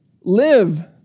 live